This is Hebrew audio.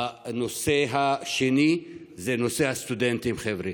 הנושא השני זה נושא הסטודנטים, חבר'ה.